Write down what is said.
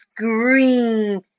scream